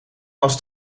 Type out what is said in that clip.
was